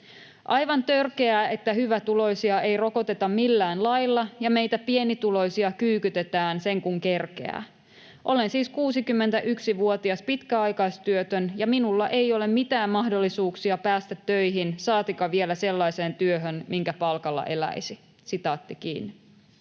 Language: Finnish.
Aivan törkeää, että hyvätuloisia ei rokoteta millään lailla ja meitä pienituloisia kyykytetään sen kuin kerkeää. Olen siis 61-vuotias pitkäaikaistyötön, ja minulla ei ole mitään mahdollisuuksia päästä töihin, saatikka vielä sellaiseen työhön, minkä palkalla eläisi.” ”Olen